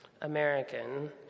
American